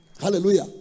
Hallelujah